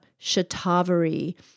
shatavari